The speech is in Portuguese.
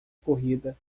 corrida